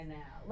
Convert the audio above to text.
now